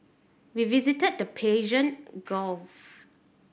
we visited the Persian Gulf